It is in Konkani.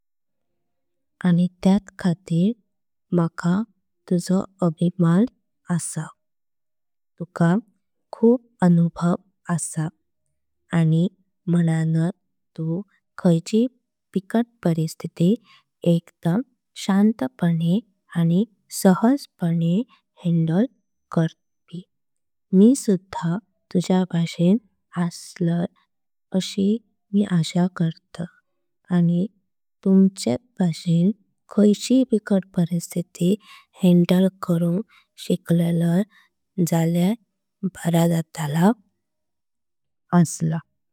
आणि त्यात खातीर माका तुजो अभिमान आस। तुका खूप अनुभव आस आणि म्हणानत। तु खयचिय परिस्थीती एकदाम शांतपणे आणि। सहस हैंडल करपी मी सुधा। तुज्या भाषिन आसलय आणि तुमच्यत। भाषिन खयचिय बिकट परिस्थीती। हैंडल करुन शिकालालय जल्या बरा जातला असला।